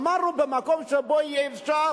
אמרנו: במקום שבו יהיה אפשר